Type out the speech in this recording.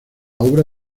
obra